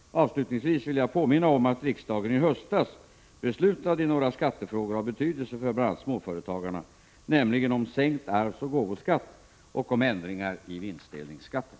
Avslutningsvis vill jag påminna om att riksdagen i höstas beslutade i några skattefrågor av betydelse för bl.a. småföretagarna, nämligen om sänkt arvsoch gåvoskatt och om ändringar i vinstdelningsskatten.